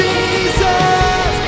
Jesus